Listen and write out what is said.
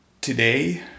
today